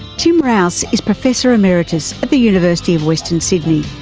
tim rowse is professor emeritus at the university of western sydney.